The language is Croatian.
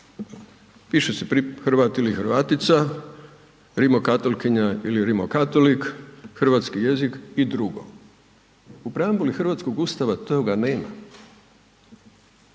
piše se Hrvat ili Hrvatica, rimokatolkinja ili rimokatolik, hrvatski jezik i drugo. U preambuli hrvatskoga Ustava toga nema,